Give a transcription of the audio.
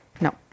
No